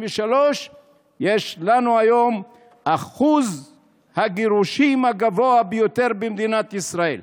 יש לנו היום את אחוז הגירושים הגבוה ביותר במדינת ישראל.